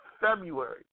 February